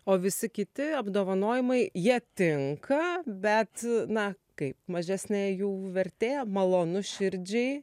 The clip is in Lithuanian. o visi kiti apdovanojimai jie tinka bet na kaip mažesnė jų vertė malonu širdžiai